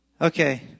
Okay